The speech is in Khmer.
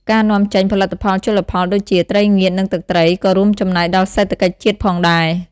ការនាំចេញ ផលិតផលជលផលដូចជាត្រីងៀតនិងទឹកត្រីក៏រួមចំណែកដល់សេដ្ឋកិច្ចជាតិផងដែរ។